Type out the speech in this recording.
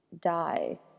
die